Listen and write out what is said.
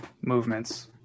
movements